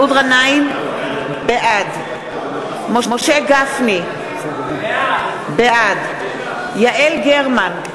בעד משה גפני, בעד יעל גרמן,